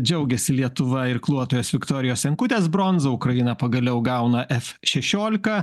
džiaugiasi lietuva irkluotojos viktorijos senkutės bronza ukraina pagaliau gauna f šešiolika